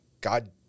God